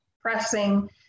pressing